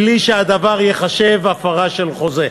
בלי שהדבר יחשב הפרה של חוזה.